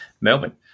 Melbourne